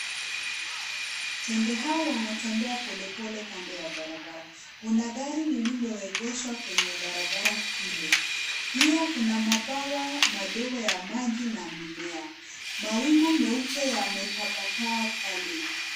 Tembo hawa wanatembea polepole kando ya barabara. Kuna gari lililoegeshwa kwenye barabara hilo. Pia kuna mabwawa madogo ya maji na mimea. Mawingu meupe yametapakaa pale juu.